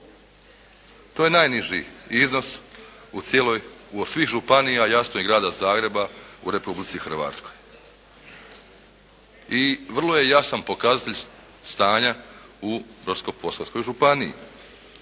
To je najniži iznos u cijeloj, od svih županija jasno i Grada Zagreba u Republici Hrvatskoj i vrlo je jasan pokazatelj stanja u Brodsko-posavskoj županiji.